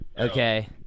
okay